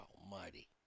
almighty